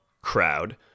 crowd